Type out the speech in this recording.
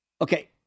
okay